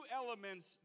elements